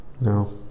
No